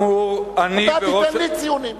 אתה תיתן לי ציונים.